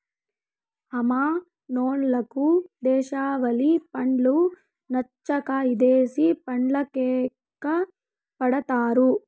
హ మనోళ్లకు దేశవాలి పండ్లు నచ్చక ఇదేశి పండ్లకెగపడతారు